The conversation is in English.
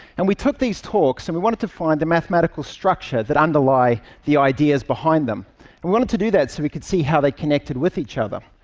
and we took these talks and we wanted to find the mathematical structures that underly the ideas behind them. and we wanted to do that so we could see how they connected with each other.